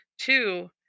Two